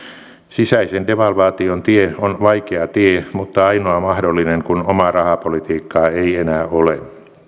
sisäisen devalvaation tie on vaikea tie mutta ainoa mahdollinen kun omaa rahapolitiikkaa ei enää ole